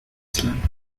slant